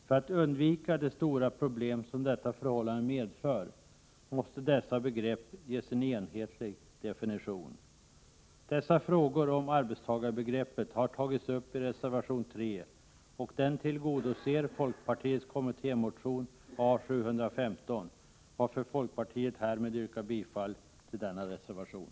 För att undvika de stora problem detta förhållande medför måste dessa begrepp ges en enhetlig definition. Dessa frågor om arbetstagarbegreppet har tagits upp i reservation 3, som följer upp folkpartiets kommittémotion A715, varför jag härmed yrkar bifall till denna reservation.